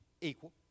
equal